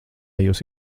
jūs